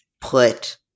put